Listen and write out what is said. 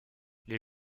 les